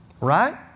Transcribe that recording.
Right